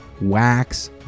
wax